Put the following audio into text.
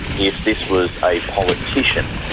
if this was a politician,